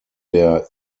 der